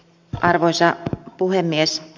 arvoisa puhemies